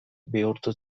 bihurtu